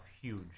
huge